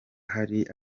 hari